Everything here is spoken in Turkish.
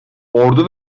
ordu